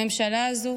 הממשלה הזו